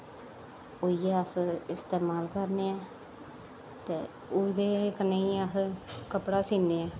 ओइयै अस इस्तेमाल करने आं ते ओह्दे कन्नै ही अस कपड़ा सीन्ने आं